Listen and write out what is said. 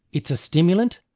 it's a stimulant,